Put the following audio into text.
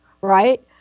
right